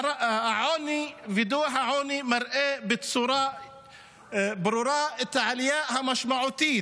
דוח העוני מראה בצורה ברורה את העלייה המשמעותית